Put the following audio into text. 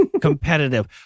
competitive